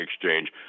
exchange